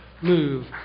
move